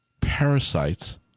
parasites